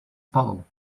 puddle